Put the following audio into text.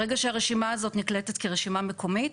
ברגע שהרשימה הזאת נקלטת כרשימה מקומית,